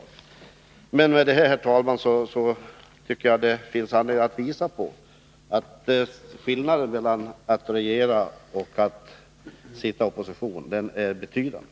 Jag har med detta, herr talman, velat visa att skillnaden mellan att regera och att sitta i opposition är betydande.